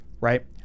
right